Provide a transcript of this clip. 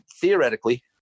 theoretically